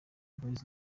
boys